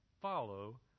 follow